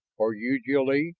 or you, jil-lee,